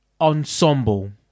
ensemble